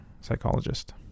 psychologist